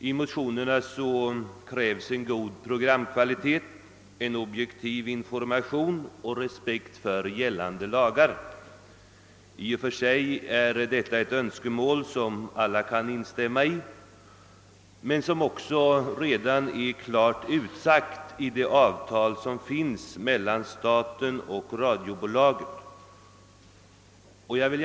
I motionerna krävs god programkvalitet, objektiv information och respekt för gällande lagar. I och för sig kan alla instämma i dessa krav, och de finns redan klart formulerade i avtalet mellan staten och Sveriges Radio.